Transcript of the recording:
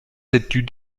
études